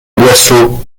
boisseaux